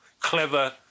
clever